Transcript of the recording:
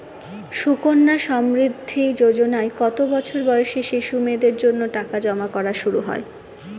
সুকন্যা সমৃদ্ধি যোজনায় কত বছর বয়সী শিশু মেয়েদের জন্য টাকা জমা করা শুরু হয়?